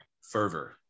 fervor